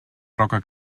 roca